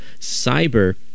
Cyber